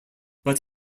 but